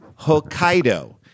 Hokkaido